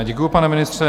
Děkuju, pane ministře.